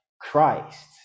Christ